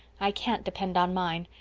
i can't depend on mine.